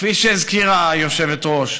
כפי שהזכירה היושבת-ראש,